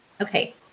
okay